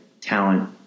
talent